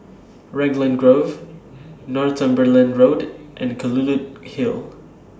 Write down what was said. Raglan Grove Northumberland Road and Kelulut Hill